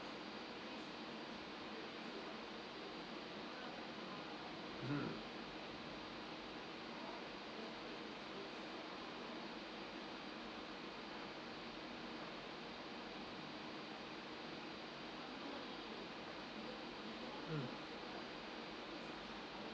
mm